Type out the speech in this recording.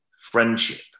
friendship